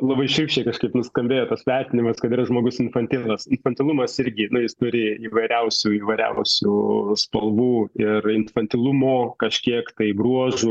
labai šiurkščiai kažkaip nuskambėjo tas vertinimas kad yra žmogus infantilas infantilumas irgi nu jis turi įvairiausių įvairiausių spalvų ir infantilumo kažkiek tai bruožų nu